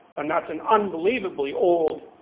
and that's an unbelievably old,